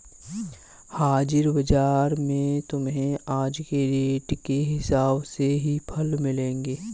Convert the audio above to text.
हाजिर बाजार में तुम्हें आज के रेट के हिसाब से ही फल मिलेंगे